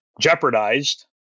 jeopardized